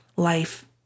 Life